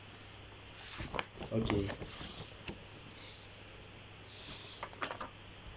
okay